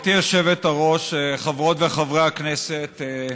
גברתי היושבת-ראש, חברות וחברי הכנסת,